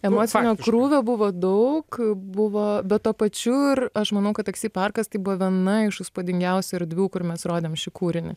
emocinio krūvio buvo daug buvo bet tuo pačiu ir aš manau kad taksi parkas tai buvo viena iš įspūdingiausių erdvių kur mes rodėm šį kūrinį